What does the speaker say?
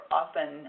often